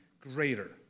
greater